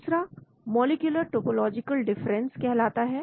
दूसरा molecular topological difference कहलाता है